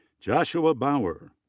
joshua bauer.